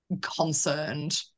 concerned